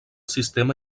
sistema